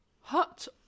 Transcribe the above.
hot